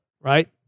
right